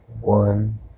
One